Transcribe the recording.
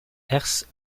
herse